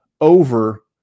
over